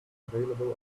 available